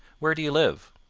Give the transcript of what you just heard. where do you live?